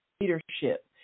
leadership